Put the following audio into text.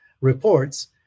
reports